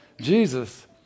Jesus